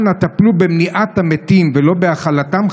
אנא טפלו במניעת המתים ולא בהחלתם,